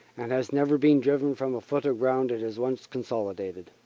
and has never been driven from a foot of ground it has once consolidated.